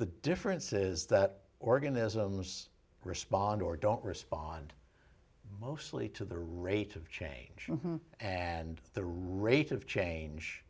the difference is that organisms respond or don't respond mostly to the rate of change and the rate of change